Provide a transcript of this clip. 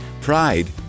Pride